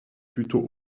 plutôt